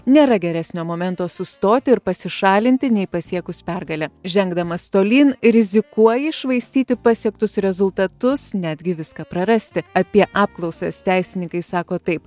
nėra geresnio momento sustoti ir pasišalinti nei pasiekus pergalę žengdamas tolyn rizikuoji iššvaistyti pasiektus rezultatus netgi viską prarasti apie apklausas teisininkai sako taip